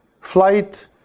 flight